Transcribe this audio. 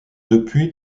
depuis